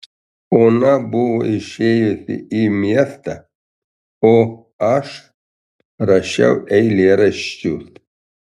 ona buvo išėjusi į miestą o aš rašiau eilėraščius